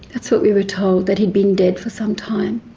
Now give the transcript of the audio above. that's what we were told that he'd been dead for some time.